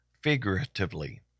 Figuratively